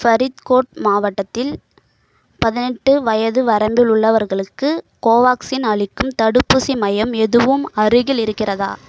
ஃபரித்கோட் மாவட்டத்தில் பதினெட்டு வயது வரம்பில் உள்ளவர்களுக்கு கோவாக்ஸின் அளிக்கும் தடுப்பூசி மையம் எதுவும் அருகில் இருக்கிறதா